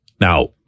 Now